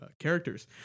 characters